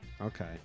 Okay